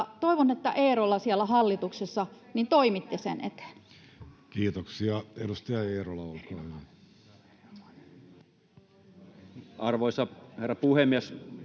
Toivon, että, Eerola, siellä hallituksessa toimitte sen eteen. Kiitoksia. — Edustaja Eerola, olkaa hyvä. [Välihuutoja